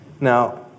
Now